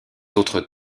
autres